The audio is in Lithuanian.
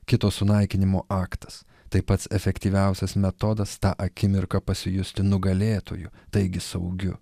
kito sunaikinimo aktas tai pats efektyviausias metodas tą akimirką pasijusti nugalėtoju taigi saugiu